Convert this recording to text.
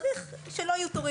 צריך שלא יהיו תורים.